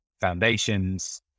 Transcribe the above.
foundations